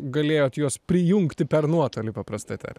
galėjot juos prijungti per nuotolį paprastai tariant